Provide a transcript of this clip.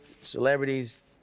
celebrities